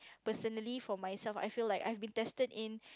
personally for myself I feel like I have been tested in